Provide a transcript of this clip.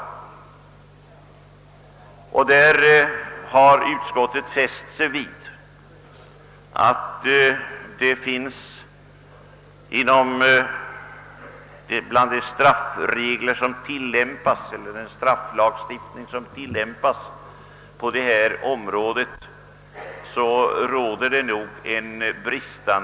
Utskottet har därvid fäst sig vid att det brister i samordningen mellan de olika lagrum som äger tillämpning på området.